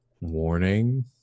warning